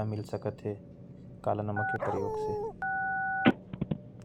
मात्र में रहेल।